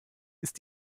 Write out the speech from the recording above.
ist